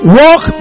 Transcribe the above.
walk